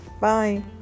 bye